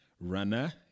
runner